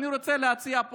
אני רוצה להציע,